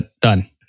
Done